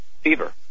fever